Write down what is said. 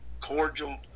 Cordial